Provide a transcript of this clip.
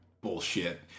bullshit